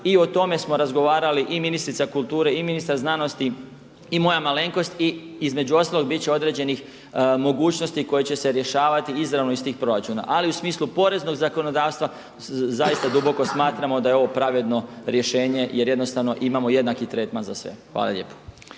i o tome smo razgovarali i ministrica kulture i ministar znanosti i moja malenkost i između ostalog bit će određenih mogućnosti koje će se rješavati izravno iz tih proračuna. Ali u smislu poreznog zakonodavstva zaista duboko smatramo da je ovo pravedno rješenje jer jednostavno imamo jednaki tretman za sve. Hvala lijepa.